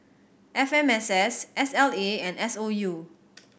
F M S S S L A and S O U